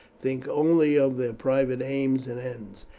think only of their private aims and ends,